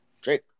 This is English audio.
Drake